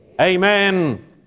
Amen